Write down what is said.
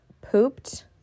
pooped